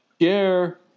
share